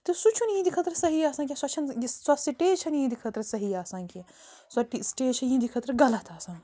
تہٕ سُہ چھُنہٕ یہنٛدِ خٲطرٕ صحیٖح آسان کیٚنٛہہ سۄ چھَنہٕ یہِ سۄ سٹیج چھَنہٕ یہنٛدِ خٲطرٕ صحیٖح آسان کیٚنٛہہ سۄ ٹ سٹیج چھِ یہنٛدِ خٲطرٕ غلط آسان